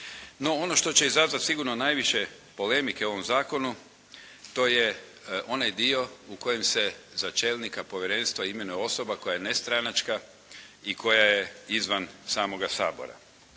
ono što će izazvati sigurno najviše polemike u ovom zakonu, to je onaj dio u kojem se za čelnika povjerenstva imenuje osoba koja je nestranačka i koja je izvan samoga Sabora.